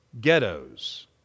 ghettos